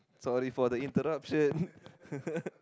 sorry for the interruption